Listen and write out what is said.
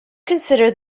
considered